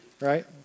Right